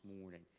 morning